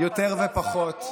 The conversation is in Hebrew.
יותר ופחות,